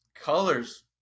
colors